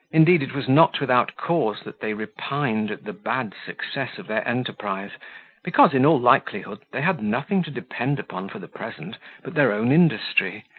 indeed, it was not without cause that they repined at the bad success of their enterprise because, in all likelihood, they had nothing to depend upon for the present but their own industry,